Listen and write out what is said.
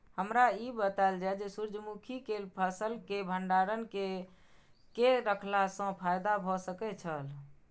हमरा ई बतायल जाए जे सूर्य मुखी केय फसल केय भंडारण केय के रखला सं फायदा भ सकेय छल?